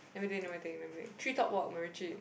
let me think let me think let me think treetop walk MacRitchie